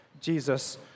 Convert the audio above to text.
Jesus